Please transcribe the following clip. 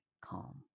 calm